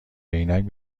عینک